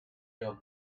your